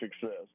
success